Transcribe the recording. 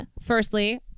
Firstly